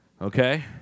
Okay